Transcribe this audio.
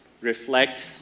Reflect